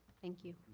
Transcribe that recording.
thank you.